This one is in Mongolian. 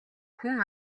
хүн